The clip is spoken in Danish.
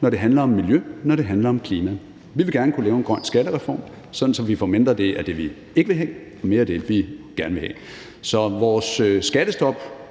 når det handler om miljø, og når det handler om klima. Vi vil gerne kunne lave en grøn skattereform, sådan at vi får mindre af det, vi ikke vil have, og mere af det, vi gerne vil have. Så vores skattestop